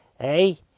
Hey